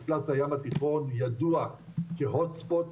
מפלס הים התיכון ידוע כהוט ספוט,